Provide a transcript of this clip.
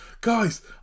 guys